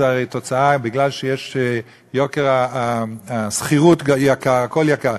זו הרי תוצאה, בגלל שהשכירות יקרה, הכול יקר.